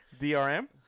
DRM